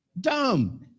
Dumb